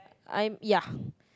I ya